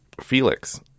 felix